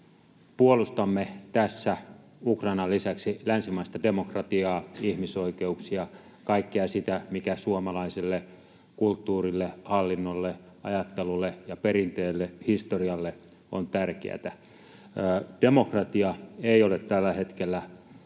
Puolustamme tässä Ukrainan lisäksi länsimaista demokratiaa, ihmisoikeuksia, kaikkea sitä, mikä suomalaiselle kulttuurille, hallinnolle, ajattelulle ja perinteelle, historialle, on tärkeätä. Demokratia ei ole tällä hetkellä vahvassa